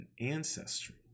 ancestry